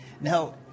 Now